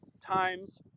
times